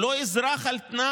הוא לא אזרח על תנאי.